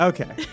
Okay